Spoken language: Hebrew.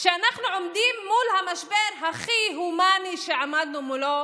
שבה אנחנו עומדים מול המשבר הכי הומני שעמדנו מולו